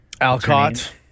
Alcott